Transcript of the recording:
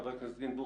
חבר הכנסת גינזבורג,